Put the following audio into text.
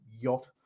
yacht